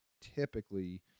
typically